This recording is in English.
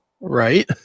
Right